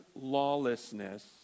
lawlessness